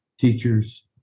teachers